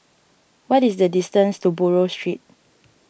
what is the distance to Buroh Street